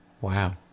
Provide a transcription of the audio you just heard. wow